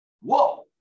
Whoa